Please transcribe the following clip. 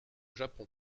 japon